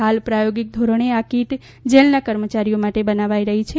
હાલ પ્રાયોગીક ધોરણે આ કીટ જેલના કર્મચારીઓ માટે બનાવાઇ રહી છે